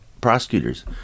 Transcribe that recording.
prosecutors